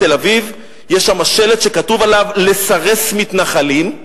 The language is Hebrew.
יש שם שלט שכתוב עליו "לסרס מתנחלים",